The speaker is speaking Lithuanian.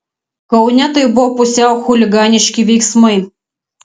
kaune tai buvo pusiau chuliganiški veiksmai